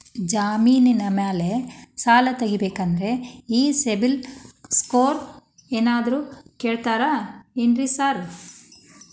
ಜಮೇನಿನ ಮ್ಯಾಲೆ ಸಾಲ ತಗಬೇಕಂದ್ರೆ ಈ ಸಿಬಿಲ್ ಸ್ಕೋರ್ ಏನಾದ್ರ ಕೇಳ್ತಾರ್ ಏನ್ರಿ ಸಾರ್?